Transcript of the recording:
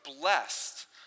blessed